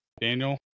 Daniel